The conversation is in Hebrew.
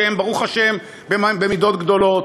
שהן ברוך השם במידות גדולות.